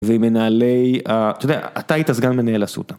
ומנהלי, אתה היית סגן מנהל אסותא.